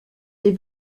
les